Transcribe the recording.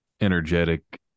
energetic